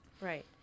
right